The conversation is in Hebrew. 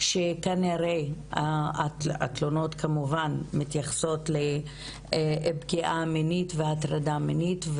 שכנראה התלונות כמובן מתייחסות לפגיעה מינית והטרדה מינית,